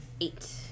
Eight